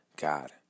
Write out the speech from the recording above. God